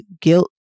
guilt